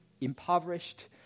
impoverished